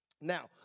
Now